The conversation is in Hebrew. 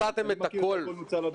אבל אני מכיר שהכול נוצל.